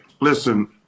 Listen